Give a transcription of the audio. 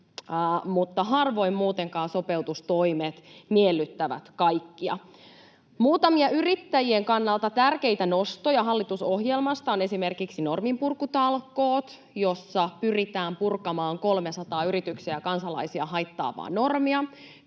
harvoin muutenkaan sopeutustoimet miellyttävät kaikkia. Muutamia yrittäjien kannalta tärkeitä nostoja hallitusohjelmasta ovat esimerkiksi norminpurkutalkoot, joissa pyritään purkamaan 300 yrityksiä ja kansalaisia haittaavaa normia,